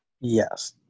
Yes